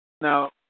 Now